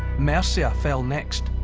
mercia fell next.